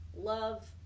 love